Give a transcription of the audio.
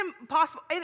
impossible